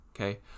okay